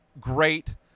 great